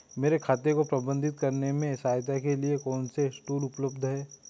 मेरे खाते को प्रबंधित करने में सहायता के लिए कौन से टूल उपलब्ध हैं?